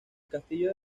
castillo